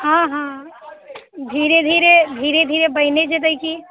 हँ हँ धीरे धीरे धीरे धीरे बनिये जेतै की